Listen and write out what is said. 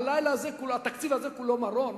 הלילה הזה התקציב הזה כולו מרור?